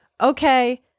okay